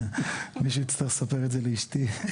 מישהו יצטרך לספר את זה לאשתי.